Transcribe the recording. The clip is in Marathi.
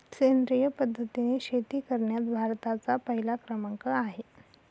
सेंद्रिय पद्धतीने शेती करण्यात भारताचा पहिला क्रमांक आहे